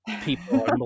people